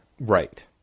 Right